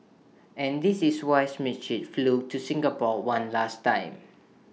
and this is why Schmidt flew to Singapore one last time